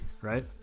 right